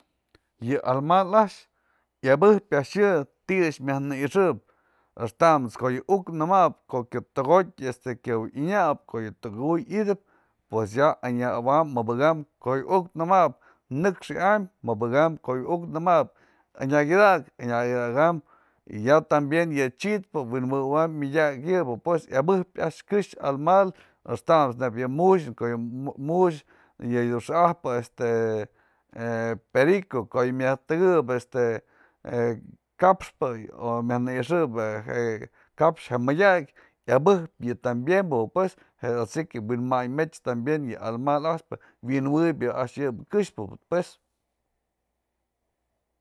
Yë almal a'ax iabëj a'ax yë ti'i a'ax myaj në i'ixëp axtamët's ko'o yë uk nëmap ko'o yë tëkotyë este kyawë anyap ko'o yë tëkëkuy yëtëp pues ya anyawam, mëbëkam, ko'o yë uk namap nëxk ya'am mëbëkam, ko'o yë uk namap anyakatak, anyakatakam ya tambien yë chid wi'in jëwëwa'am madyakë yëbë pues iabëj a'ax këxëbë almal axtamët's nebya yë muxën yë dun xa'apë este perico ko'o myaj tëkëp este ka'axpë o myaj në i'ixëp je kapxë je mëdyakë iabëj yë tambien bë pues, es asi que wi'in mayn myet'spë tambien yë animal a'axpë, wi'in jëwëp a'ax yë këxëbë pues.